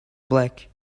black